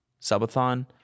subathon